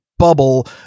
Bubble